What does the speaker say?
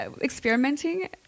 experimenting